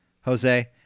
Jose